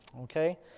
Okay